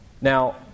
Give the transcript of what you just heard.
Now